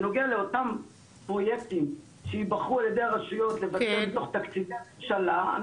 בנוגע לאותם פרוייקטים שיבחרו על ידי הרשויות לבצע מתוך תקציבי הממשלה,